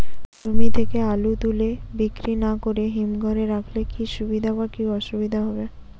জমি থেকে আলু তুলে বিক্রি না করে হিমঘরে রাখলে কী সুবিধা বা কী অসুবিধা হবে?